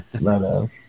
no